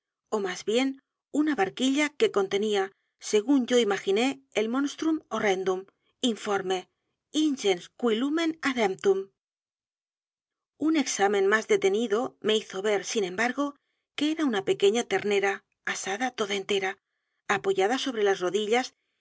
ó más bien una barquilla que contenía según yo imaginé el monstrum horrendum informe ingens cui lumen ademplum un examen más detenido me hizo ver sin embargo que era una pequeña ternera asada toda entera apoyada sobre las rodillas